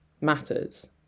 matters